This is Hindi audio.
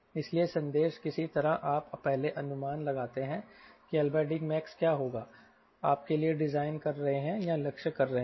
इसलिए संदेश किसी तरह आप पहले अनुमान लगाते हैं कि LDmax क्या होगा आप के लिए डिज़ाइन कर रहे हैं या लक्ष्य कर रहे हैं